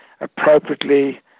appropriately